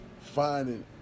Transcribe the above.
finding